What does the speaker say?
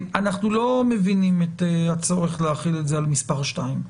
אנחנו לא מבינים את הצורך להחיל את זה על מספר 2,